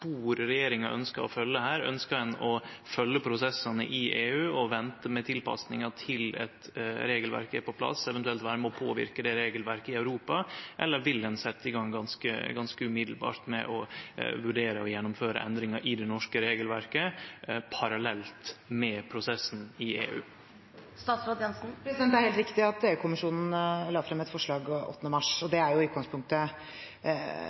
spor regjeringa ønskjer å følgje her? Ønskjer ein å følgje prosessane i EU og vente med tilpassinga til eit regelverk er på plass, eventuelt vere med og påverke det regelverket i Europa, eller vil ein setje i gang ganske omgåande med å vurdere å gjennomføre endringar i det norske regelverket parallelt med prosessen i EU? Det er helt riktig at EU-kommisjonen la frem et forslag 8. mars, og